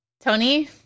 Tony